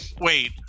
Wait